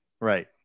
right